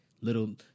Little